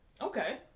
Okay